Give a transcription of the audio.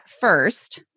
first